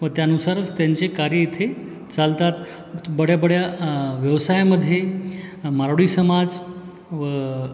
व त्यानुसारच त्यांचे कार्य इथे चालतात बड्या बड्या व्यवसायामध्ये मारवाडी समाज व